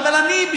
אבל אני,